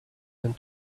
and